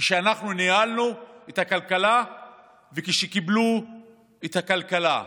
כשאנחנו ניהלנו את הכלכלה וכשקיבלו את הכלכלה.